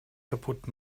kaputt